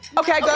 okay, good.